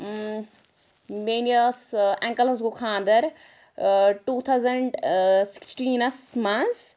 میٲنِس انکَلَس گوٚو خاندَر ٹوٗ تھاوزَنڈ سٕکسٹیٖنَس مَنٛز